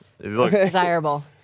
desirable